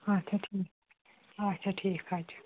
اَچھا ٹھیٖک اَچھا ٹھیٖک حظ چھُ